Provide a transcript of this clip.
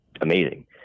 amazing